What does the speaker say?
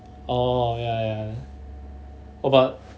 orh ya ya oh but